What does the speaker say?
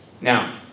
Now